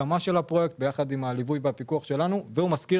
מקים את הפרויקט יחד עם הליווי והפיקוח שלנו ומשכיר